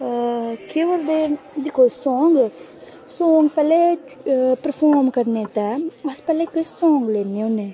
केह् करदे दिक्खो सांग सांग पैह्ले परफार्म करने ते अस पैह्ले इक सांग लैन्ने होन्ने